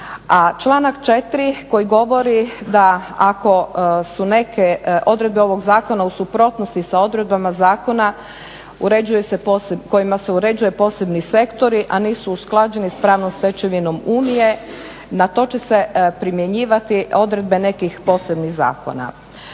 članak 4. koji govori da ako su neke odredbe ovog zakona u suprotnosti sa odredbama zakona kojima se uređuju posebni sektori a nisu usklađeni s pravnom stečevinom Unije na to će se primjenjivati odredbe nekih posebnih zakona.